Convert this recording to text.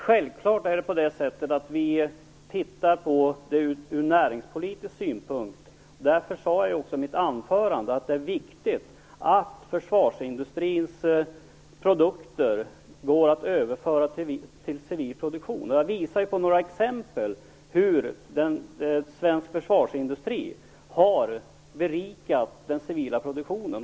Herr talman! Det är självklart att vi tittar på det här ur näringspolitisk synpunkt. Därför sade jag också i mitt anförande att det är viktigt att försvarsindustrins produkter går att överföra till civil produktion. Jag visade också med några exempel hur svensk försvarsindustri har berikat den civila produktionen.